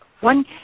one